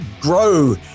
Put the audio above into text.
grow